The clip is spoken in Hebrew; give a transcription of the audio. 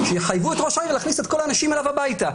שיחייבו את ראש העיר להכניס את כל האנשים אליו הביתה,